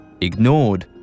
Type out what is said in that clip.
Ignored